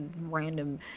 random